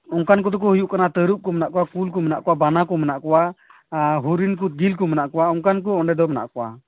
ᱚᱱᱠᱟᱱ ᱠᱚᱫᱚ ᱠᱚ ᱦᱩᱭᱩᱜ ᱠᱟ ᱛᱟᱹᱨᱩᱵ ᱠᱚ ᱢᱮᱱᱟᱜ ᱠᱚᱣᱟ ᱠᱩᱞ ᱠᱚ ᱢᱮᱱᱟᱜ ᱠᱚᱣᱟ ᱵᱟᱱᱟ ᱠᱚ ᱢᱮᱱᱟᱜ ᱠᱚᱣᱟ ᱦᱚᱨᱤᱱ ᱠᱚ ᱡᱤᱞ ᱠᱚ ᱢᱮᱱᱟᱜ ᱠᱚᱣᱟ ᱚᱱᱠᱟᱱ ᱚᱸᱰᱮ ᱫᱚ ᱢᱮᱱᱟᱜ ᱠᱚᱣᱟ